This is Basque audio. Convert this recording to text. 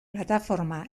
plataforma